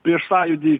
prieš sąjūdį